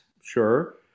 sure